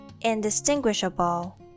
indistinguishable